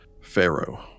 pharaoh